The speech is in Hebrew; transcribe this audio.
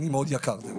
אני מאוד יקר.